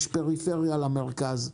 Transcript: יש פריפריה למרכז.